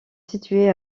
situés